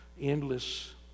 endless